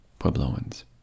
Puebloans